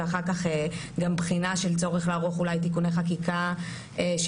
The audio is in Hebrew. ואחר כך גם בחינה של צורך לערוך אולי תיקוני חקיקה שיבהירו